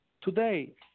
today